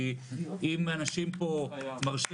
כי אם אנשים פה מרשים